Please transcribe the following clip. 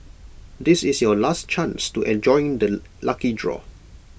this is your last chance to enjoy the lucky draw